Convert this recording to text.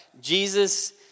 Jesus